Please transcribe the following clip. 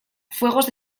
fuegos